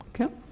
okay